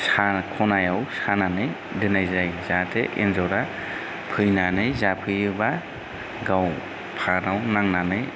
सा खनायाव सानानै दोन्नाय जायो जाहाथे एन्जरा फैनानै जाफैयोबा गाव फानाव नांनानै